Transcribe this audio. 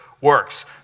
works